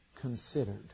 considered